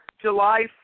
July